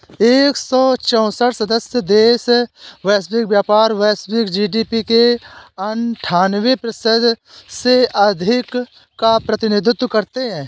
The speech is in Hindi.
एक सौ चौसठ सदस्य देश वैश्विक व्यापार, वैश्विक जी.डी.पी के अन्ठान्वे प्रतिशत से अधिक का प्रतिनिधित्व करते हैं